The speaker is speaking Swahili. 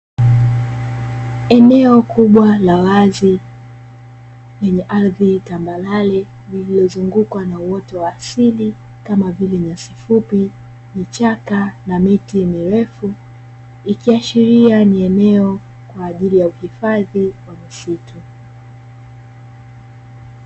Eneo kubwa la wazi lenye ardhi tambarare lililozungukwa na uoto wa asili kama vile: nyasi fupi, vichaka na miti mirefu; ikiashiria ni eneo kwa ajili ya uhifadhi wa misitu.